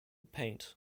paint